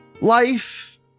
Life